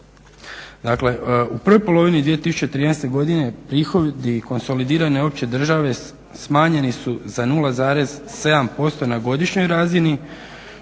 Dakle u prvoj polovini 2013.godine prihodi konsolidirani opće države smanjeni su za 0,7% na godišnjoj razini